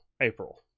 april